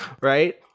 right